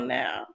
now